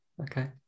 okay